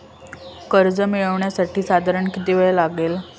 कर्ज मिळविण्यासाठी साधारण किती वेळ लागेल?